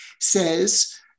says